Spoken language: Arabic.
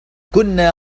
كنا